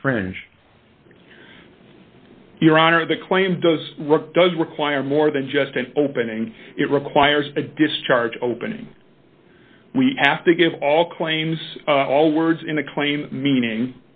infringe your honor of the claim does work does require more than just an opening it requires a discharge opening we have to give all claims all words in a claim meaning